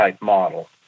model